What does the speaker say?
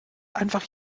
einfach